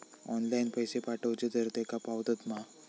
Online पैसे पाठवचे तर तेका पावतत मा?